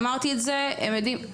אמרתי את זה והם יודעים.